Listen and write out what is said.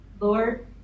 Lord